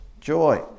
joy